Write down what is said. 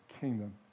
kingdom